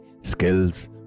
skills